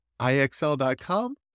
IXL.com